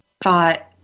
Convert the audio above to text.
thought